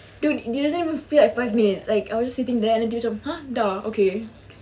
it doesn't even feel like five minutes it's like I was just sitting there nanti macam dah okay